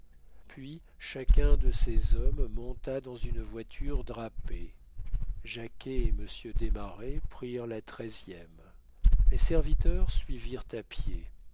puis chacun de ces hommes monta dans une voiture drapée jacquet et monsieur desmarets prirent la treizième les serviteurs suivirent à pied